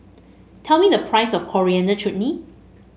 tell me the price of Coriander Chutney